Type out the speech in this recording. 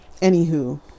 Anywho